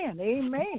amen